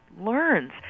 learns